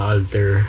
Alter